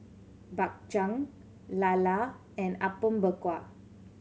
Bak Chang lala and Apom Berkuah